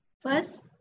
First